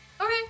Okay